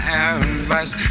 advice